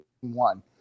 one